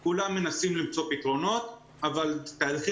כולם מנסים למצוא פתרונות אבל תהליכים